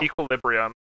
equilibrium